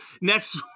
Next